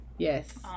Yes